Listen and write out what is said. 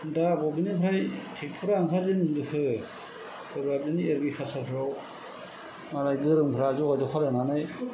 दा बबेनिफ्राय ट्रेक्टर आ ओंखारजेनबोखो सोरबा बिदिनो एग्रिकालसार फोराव मालाय गोरोंफ्रा जगाजग खालामनानै